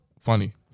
funny